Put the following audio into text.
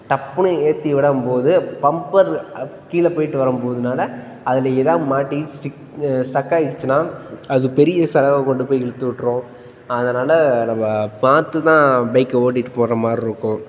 டப்புன்னு ஏற்றி வரும் போது பம்பர் அது கீழே போய்விட்டு வரும் போகிறதுனால அதில் எதாவது மாட்டி ஸ்ட்ரிக் ஸ்ட்ரக் ஆகிருச்சுன்னா அது பெரிய செலவை கொண்டு போய் இழுத்து விட்ரும் அதனால் நம்ம பார்த்து தான் பைக்கை ஓட்டிகிட்டு போகிற மாதிரி இருக்கும்